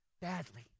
badly